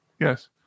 Yes